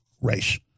race